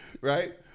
Right